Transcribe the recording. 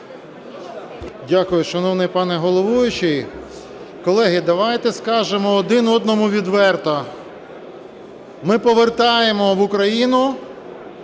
Дякую, шановний пане головуючий. Колеги, давайте скажемо один одному відверто: ми повертаємо в Україну